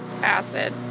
Acid